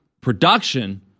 production